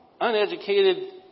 uneducated